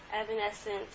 Evanescence